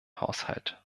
haushalt